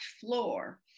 floor